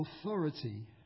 authority